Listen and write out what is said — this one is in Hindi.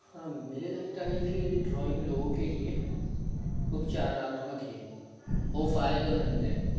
हाँ मुझे लगता है कि ड्रॉइंग लोगों के लिए उपचारात्मक है और फ़ायदेमंद है